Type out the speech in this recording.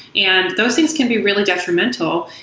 and those things can be really detrimental.